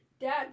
Dad